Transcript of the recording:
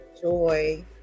joy